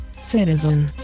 citizen